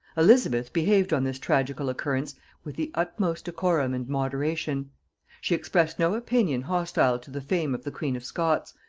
elizabeth behaved on this tragical occurrence with the utmost decorum and moderation she expressed no opinion hostile to the fame of the queen of scots,